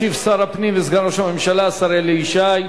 ישיב שר הפנים וסגן ראש הממשלה, השר אלי ישי.